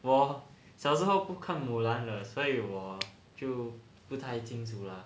我小时候不看 mulan 的所以我就不太清楚啦